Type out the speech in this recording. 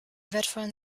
wertvollen